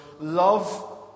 love